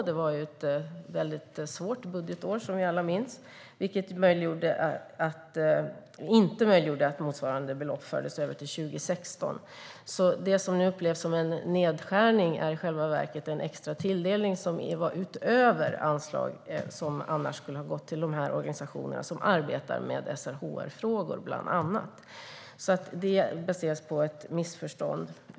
Det var ett mycket svårt budgetår, som vi alla minns, vilket inte möjliggjorde att motsvarande belopp fördes över till 2016. Det som nu upplevs som en nedskärning är i själva verket en extra tilldelning som var utöver anslag som annars skulle ha gått till de organisationer som arbetar med bland annat SRHR-frågor. Detta baseras alltså på ett missförstånd.